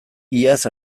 iaz